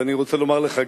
ואני רוצה לומר לך,